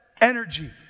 energy